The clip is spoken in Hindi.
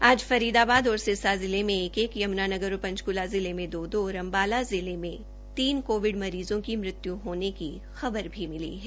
आज फरीदाबाद और सिरसा जिले में एक एक यम्नानगर और पंचकूला जिले में दो दो और अम्बाला जिले में तीन कोविड मरीज़ों की मृत्य् होने की खबर मिली है